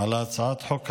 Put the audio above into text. על הצעת החוק הזו,